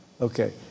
Okay